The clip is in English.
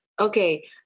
Okay